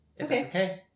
Okay